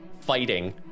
fighting